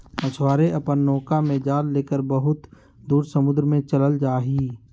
मछुआरे अपन नौका में जाल लेकर बहुत दूर समुद्र में चल जाहई